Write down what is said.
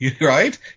Right